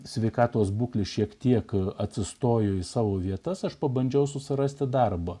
sveikatos būklė šiek tiek atsistojo į savo vietas aš pabandžiau susirasti darbą